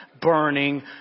burning